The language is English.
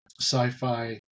sci-fi